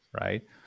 Right